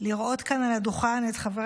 לראות כאן על הדוכן את חבר